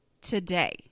today